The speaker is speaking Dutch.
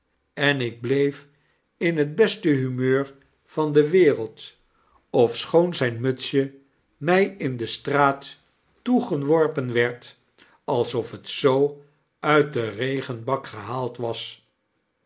en ik bleef in het beste humeur van de wereld ofschoon zijn mutsje my in de straat toegeworpen werd alsof het z uit den regenbak gehaald was